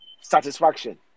satisfaction